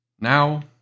now